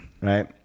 right